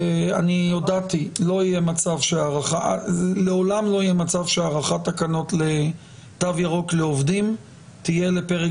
הודעתי שלא יהיה מצב שהארכת תקנות לתו ירוק לעובדים תהיה לפרק